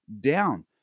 down